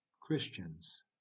Christians